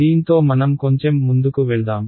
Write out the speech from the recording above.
దీంతో మనం కొంచెం ముందుకు వెళ్దాం